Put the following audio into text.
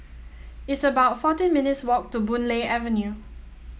it's about fourteen minutes' walk to Boon Lay Avenue